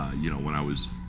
you know, when i was